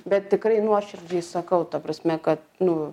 bet tikrai nuoširdžiai sakau ta prasme kad nu